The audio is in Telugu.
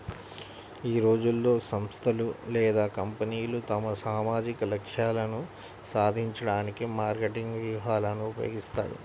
ఈ రోజుల్లో, సంస్థలు లేదా కంపెనీలు తమ సామాజిక లక్ష్యాలను సాధించడానికి మార్కెటింగ్ వ్యూహాలను ఉపయోగిస్తాయి